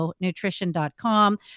nutrition.com